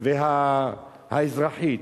והשירות האזרחי,